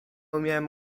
umiałem